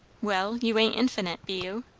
well, you ain't infinite, be you?